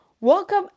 Welcome